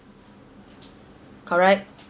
correct